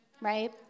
Right